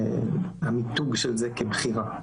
המיתוג של זה כבחירה.